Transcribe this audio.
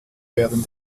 werden